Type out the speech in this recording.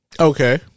Okay